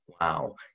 Wow